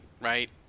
right